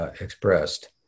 expressed